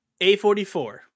a44